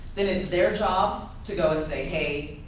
then it's their job to go and say hey,